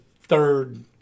third